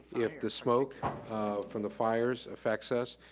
if the smoke from the fires affects us,